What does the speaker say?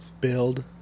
Build